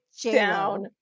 down